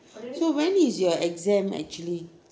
so when is your exam actually